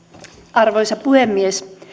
arvoisa puhemies